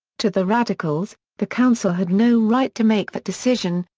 to the radicals, the council had no right to make that decision,